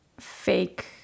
fake